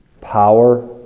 power